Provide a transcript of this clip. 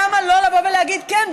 למה לא לבוא ולהגיד: כן,